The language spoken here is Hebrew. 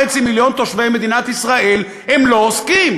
מיליון תושבי מדינת ישראל הם לא עוסקים,